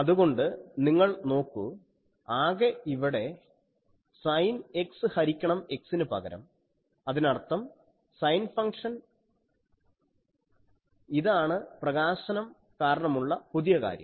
അതുകൊണ്ട് നിങ്ങൾ നോക്കു ആകെ ഇവിടെ സൈൻ X ഹരിക്കണം X ന് പകരം അതിനർഥം സൈൻ ഫങ്ഷൻ ഇതാണ് പ്രകാശനം കാരണമുള്ള പുതിയ കാര്യം